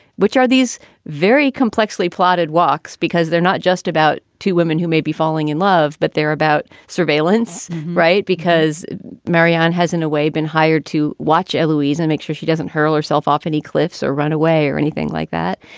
which are these very complexly plotted walks, because they're not just about two women who may be falling in love, but they're about surveillance. right. because marianne has, in a way, been hired to watch louise and make sure she doesn't hurl herself off any cliffs or run away or anything like that.